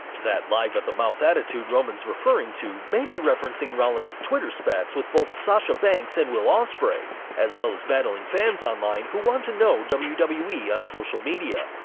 that live at the mouth attitude roman's referring to may be referencing rollins' twitter spats with both sasha banks and will o'spreay, as well as battling fans online who want to know wwe wwe on social media.